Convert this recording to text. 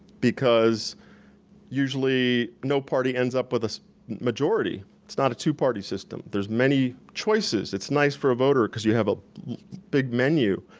because usually no party ends up with a majority. it's not a two-party system. there's many choices. it's nice for a voter because you have a big menu.